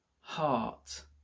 heart